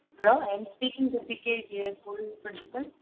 hello I am speaking to PK school principal